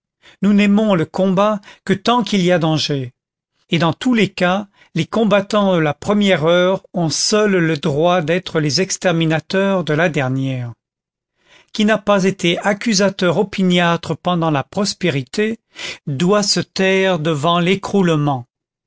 nous n'aimons le combat que tant qu'il y a danger et dans tous les cas les combattants de la première heure ont seuls le droit d'être les exterminateurs de la dernière qui n'a pas été accusateur opiniâtre pendant la prospérité doit se taire devant l'écroulement